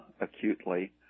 acutely